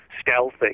stealthy